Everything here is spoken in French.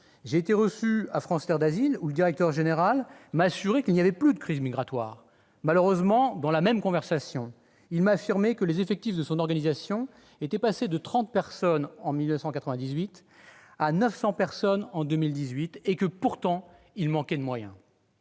général de France Terre d'asile m'a assuré qu'il n'y avait plus de crise migratoire. Malheureusement, dans la même conversation, il m'a expliqué que les effectifs de son organisation étaient passés de 30 personnes en 1998 à 900 cette année et que, pourtant, il manquait de moyens